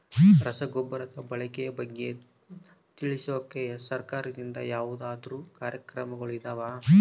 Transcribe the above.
ರಸಗೊಬ್ಬರದ ಬಳಕೆ ಬಗ್ಗೆ ತಿಳಿಸೊಕೆ ಸರಕಾರದಿಂದ ಯಾವದಾದ್ರು ಕಾರ್ಯಕ್ರಮಗಳು ಇದಾವ?